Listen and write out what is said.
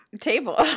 table